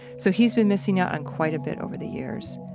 so he's been missing out on quite a bit over the years,